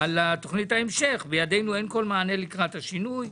לגבי תוכנית ההמשך ובידם אין כל מענה לקראת השינוי.